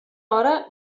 hora